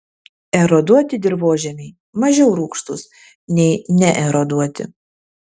eroduoti dirvožemiai mažiau rūgštūs nei neeroduoti